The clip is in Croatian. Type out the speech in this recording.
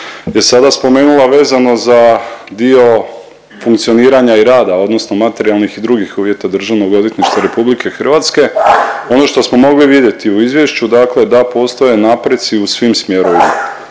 je sada spomenula vezano za dio funkcioniranja i rada odnosno materijalnih i drugih uvjeta DORH-a, ono što smo mogli vidjeti u izvješću da postoje napreci u svim smjerovima.